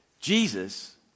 Jesus